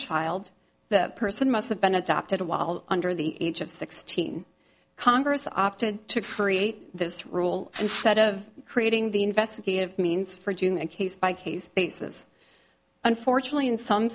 child that person must have been adopted while under the age of sixteen congress opted to create this rule instead of creating the investigative means for doing a case by case basis unfortunately in some